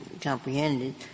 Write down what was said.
comprehended